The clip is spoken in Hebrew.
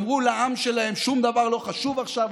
אמרו לעם שלהם: שום דבר לא חשוב עכשיו,